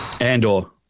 And/or